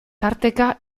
tarteka